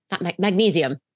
magnesium